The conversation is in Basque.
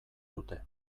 dute